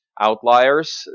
outliers